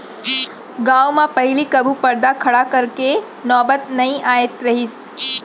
गॉंव म पहिली कभू परदा खड़ा करे के नौबत नइ आत रहिस